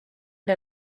der